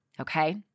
okay